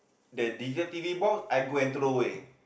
the digital T_V box I go and throw away